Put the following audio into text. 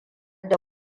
da